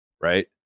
right